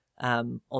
On